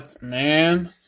man